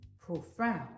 profound